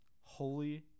Holy